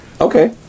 Okay